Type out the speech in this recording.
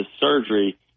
surgery